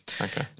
Okay